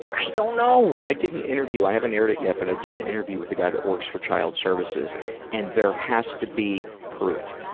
i don't know. i did an interview, i haven't aired it yet, but i did an interview with a guy that works for child services and there has to be proof.